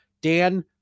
Dan